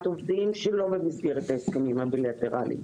עובדים שלא במסגרת ההסכמים הבילטרליים.